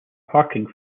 parking